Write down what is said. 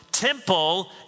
temple